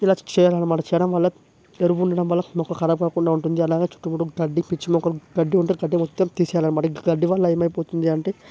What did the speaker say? ఇలా చెయ్యాలనమాట చేయడంవల్ల ఎరువుండడం వల్ల మొక్క ఖరాబ్కాకుండా ఉంటుంది అలాగే చుట్టు ముట్టు గడ్డి పిచ్చి మొక్కలు గడ్డి ఉంటే గడ్డి మొత్తం తీసేయాలన్నమాట గడ్డి వల్ల ఏమైపోతుంది అంటే